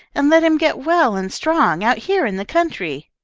and let him get well and strong out here in the country.